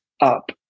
up